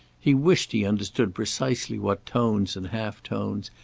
he wished he understood precisely what tones and half-tones,